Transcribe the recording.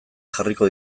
jarriko